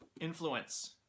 Influence